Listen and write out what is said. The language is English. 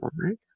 right